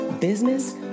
business